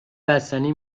بستنی